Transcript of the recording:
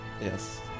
Yes